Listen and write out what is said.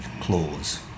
clause